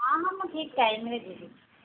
ହଁ ହଁ ମୁଁ ଠିକ୍ ଟାଇମ୍ରେ ଯିବି